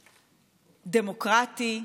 דמוקרטי,